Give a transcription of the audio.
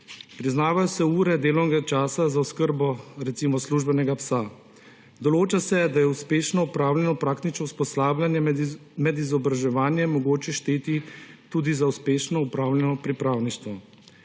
Priznavajo se ure delovnega časa za oskrbo, recimo, službenega psa. Določa se, da je uspešno opravljeno praktično usposabljanje med izobraževanjem mogoče šteti tudi za uspešno opravljeno pripravništvo.